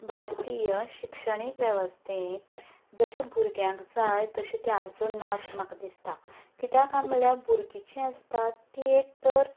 भारतीय शिक्षणीक वेवस्थेंत जशें भुरग्यांक जाय तशें तें आजून ना अशें म्हाका दिसता कित्याक काय म्हणल्यार भुरगीं जी आसतात तीं एक तर